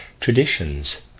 Traditions